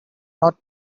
not